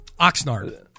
Oxnard